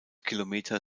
kilometer